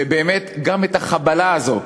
ובאמת, גם את החבלה הזאת,